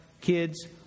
kids